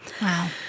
Wow